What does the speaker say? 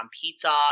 pizza